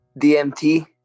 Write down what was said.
DMT